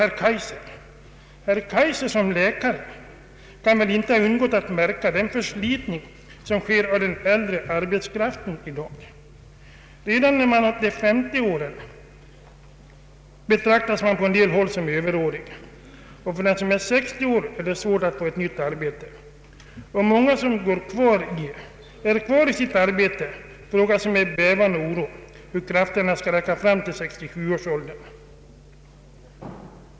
Herr Kaijser, som är läkare, kan väl inte ha undgått att märka. den förslitning som sker av den äldre arbetskraften i dag. Redan när man är uppe i 50 årsåldern betraktas man på en del håll som överårig, och för den som är 60 år är det svårt att få ett nytt arbete. Många som är kvar i sitt arbete frågar sig med bävan och oro hur krafterna skall räcka fram till 67 års ålder.